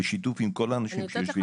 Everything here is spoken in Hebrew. בשיתוף עם כל האנשים שיושבים כאן.